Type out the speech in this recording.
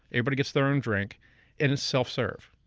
everybody gets their own drink and it's self-serve.